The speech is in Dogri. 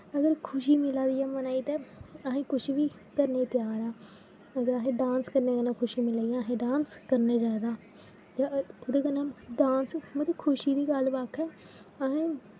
अगर खुशी मिला दी ऐ मन ते आहे कुछ बी करने त्यार आ आगे आहे डांस करने कन्ने खुशी मिला दी ऐ आहें डांस करना ओह्दे कन्नै डांस मतलव खुशी दी गल्ल बक्ख ऐ आहें